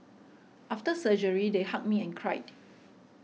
after surgery they hugged me and cried